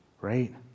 right